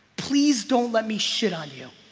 please don't let me shit on you